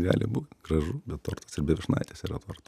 gali būt gražu bet tortas ir be vyšnaitės yra torta